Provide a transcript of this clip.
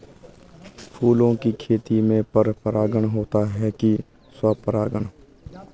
फूलों की खेती में पर परागण होता है कि स्वपरागण?